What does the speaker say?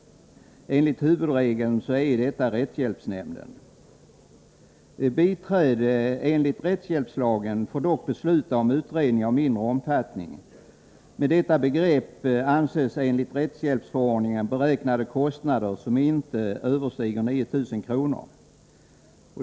Enligt huvudregeln är det rättshjälpsnämnden. Biträde får dock enligt hjälpsrättslagen besluta om utredning av mindre omfattning. Med detta begrepp anses enligt rättshjälpsförordningen beräknade kostnader som inte överstiger 9 000 kr.